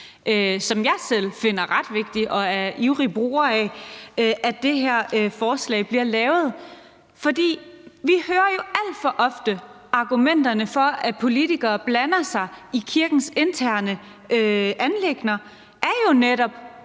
som jeg selv finder ret vigtig og er ivrig bruger af, at det her forslag er lavet. For vi hører jo alt for ofte, at argumenterne for, at politikere blander sig i kirkens interne anliggender, er, at